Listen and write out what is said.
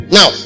Now